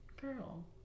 girl